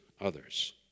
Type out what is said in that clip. others